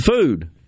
Food